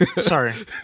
Sorry